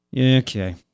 Okay